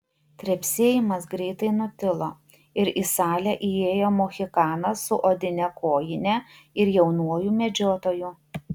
trepsėjimas greitai nutilo ir į salę įėjo mohikanas su odine kojine ir jaunuoju medžiotoju